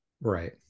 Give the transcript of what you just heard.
right